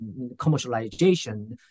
commercialization